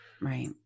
Right